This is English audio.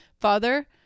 father